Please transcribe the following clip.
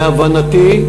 להבנתי,